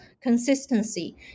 consistency